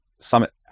Summit